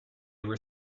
were